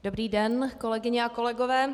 Dobrý den, kolegyně a kolegové.